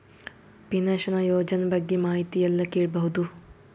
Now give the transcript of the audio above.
Pension ಯೋಜನ ಬಗ್ಗೆ ಮಾಹಿತಿ ಎಲ್ಲ ಕೇಳಬಹುದು?